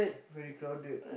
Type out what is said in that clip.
very crowded